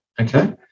okay